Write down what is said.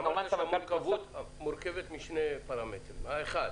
אמרת שלמורכבות הזאת יש שני פרמטרים: אחד,